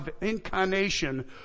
incarnation